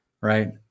right